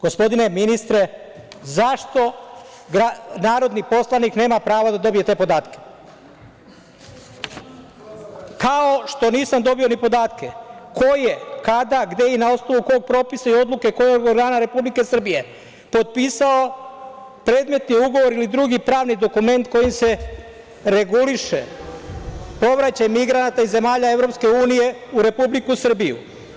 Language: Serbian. Gospodine ministre, zašto narodni poslanik nema pravo da dobije te podatke, kao što nisam dobio ni podatke – ko je, kada, gde i na osnovu kog propisa i odluke kog organa Republike Srbije potpisao predmetni ugovor ili drugi pravni dokument kojim se reguliše povraćaj migranata iz zemalja EU u Republiku Srbiju?